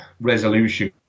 resolution